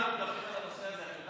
הנושא